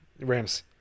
Rams